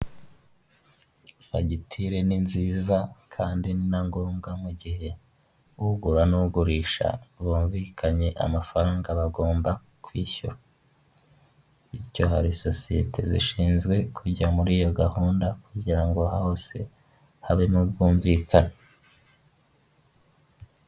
Fagitire ni nziza kandi ni na ngombwa mu gihe ugura n'ugurisha bumvikanye amafaranga bagomba kwishyura, bityo hari sosiyete zishinzwe kujya muri iyo gahunda, kugira ngo aho hose habemo ubwumvikane.